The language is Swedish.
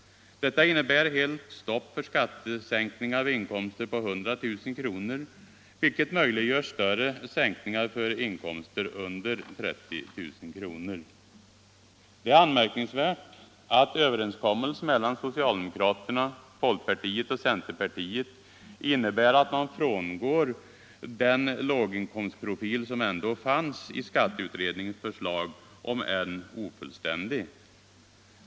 Detta innebär helt stopp för skattesänkningar vid inkomster på 100 000 kr., vilket möjliggör större sänkningar för inkomster under 30 000 kr. Det är anmärkningsvärt att överenskommelsen mellan socialdemokraterna, folkpartiet och centerpartiet innebär att man frångår den låginkomstprofil som ändå fanns i skatteutredningens förslag, om än ofullständig.